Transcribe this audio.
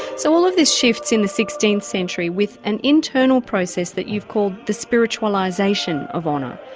so all of this shifts in the sixteenth century with an internal process that you call the spiritualisation of honour.